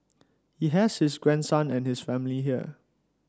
he has his grandson and his family here